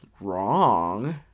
wrong